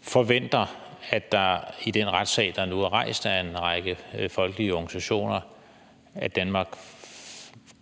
forventer, at Danmark i den retssag, der nu er rejst af en række folkelige organisationer,